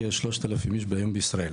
כ-3,000 איש היום בישראל.